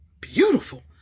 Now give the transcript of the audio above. beautiful